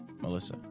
Melissa